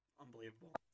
Unbelievable